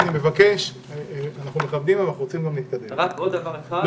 עוד דבר אחד,